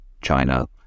China